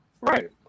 Right